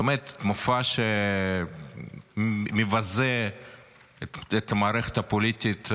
באמת, מופע שמבזה את המערכת הפוליטית,